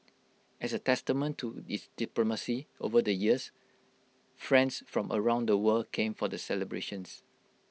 as A testament to its diplomacy over the years friends from around the world came for the celebrations